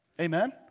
Amen